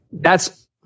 That's-